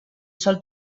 sol